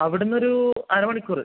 അവിടുന്ന് ഒരു അര മണിക്കൂറ്